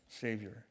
Savior